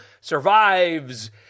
survives